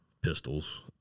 pistols